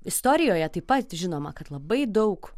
istorijoje taip pat žinoma kad labai daug